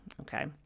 Okay